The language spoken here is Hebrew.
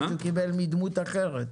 יכול להיות שהוא קיבל מדמות אחרת.